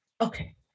okay